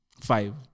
Five